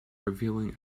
revealing